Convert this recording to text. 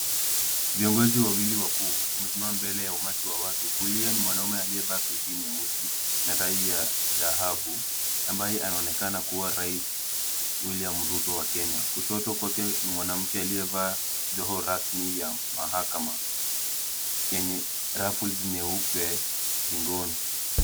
Viongozi wawili wakuu, wamesimama mbele ya umati wa watu, kulia ni mwanaume aliyevaa suti nyeusi na tai ya dhahabu ambaye anaonekana kuwa rais William Ruto wa Kenya. Kushoto kwake ni mwanamke aliyevaa joho rasmi ya mahakama yenye rafles nyeupe shingoni.